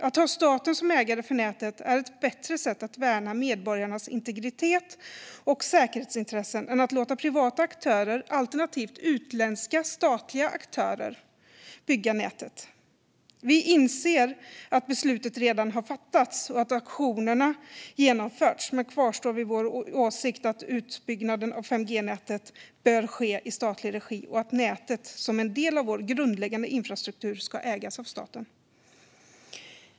Att ha staten som ägare för nätet är ett bättre sätt att värna medborgarnas integritet och säkerhetsintressen än att låta privata aktörer, alternativt utländska statliga aktörer, bygga nätet. Vi inser att beslutet redan fattats och att auktionerna genomförts men kvarstår vid vår åsikt att utbyggnaden av 5G-nätet bör ske i statlig regi och att nätet, som en del av vår grundläggande infrastruktur, ska ägas av staten.